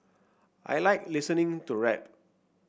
I like listening to rap